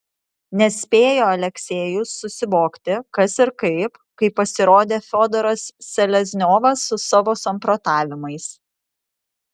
nespėjo aleksejus susivokti kas ir kaip kai pasirodė fiodoras selezniovas su savo samprotavimais